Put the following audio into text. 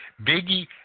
Biggie